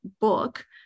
book